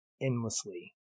endlessly